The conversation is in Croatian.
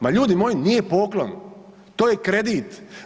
Ma ljudi moji nije poklon, to je kredit.